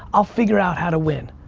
i'll figure out how to win.